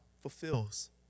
fulfills